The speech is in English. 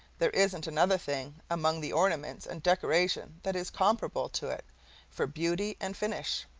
there isn't another thing among the ornaments and decorations that is comparable to it for beauty and finish.